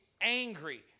angry